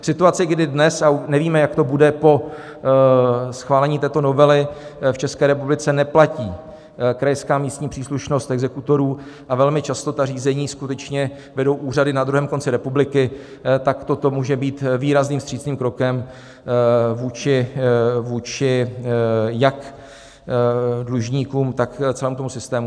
V situaci, kdy dnes nevíme, jak to bude po schválení této novely v České republice, neplatí krajská místní příslušnost exekutorů a velmi často ta řízení skutečně vedou úřady na druhém konci republiky, tak toto může být výrazným vstřícným krokem jak vůči dlužníkům, tak celému systému.